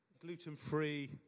gluten-free